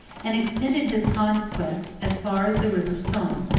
and extended his conquests as far as the river somme,